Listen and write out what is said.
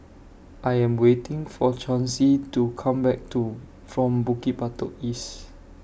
I Am waiting For Chauncy to Come Back to from Bukit Batok East